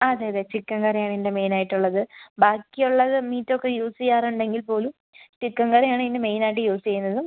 അതെ അതെ അതെ ചിക്കൻ കറി ആണ് അതിൻ്റെ മെയിനായിട്ടുള്ളത് ബാക്കിയുള്ളത് മീറ്റൊക്കെ യൂസ് ചെയ്യാറുണ്ടെങ്കിൽ പോലും ചിക്കൻ കറി ആണ് അതിൻ്റെ മെയിനായിട്ട് യൂസ് ചെയ്യുന്നതും